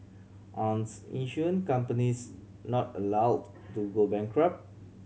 aren't insurance companies not allowed to go bankrupt